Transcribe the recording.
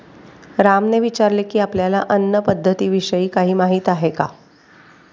रामने विचारले की, आपल्याला अन्न पद्धतीविषयी काही माहित आहे का?